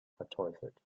verteufelt